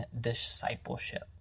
discipleship